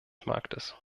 marktes